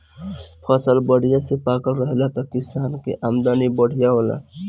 फसल बढ़िया से पाकल रहेला त किसान के आमदनी बढ़िया होला